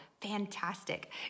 Fantastic